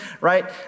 right